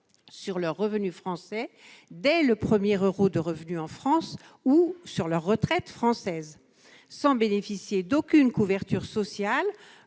sur leurs revenus français, dès le premier euro, ou sur leur retraite française, sans bénéficier d'aucune couverture sociale,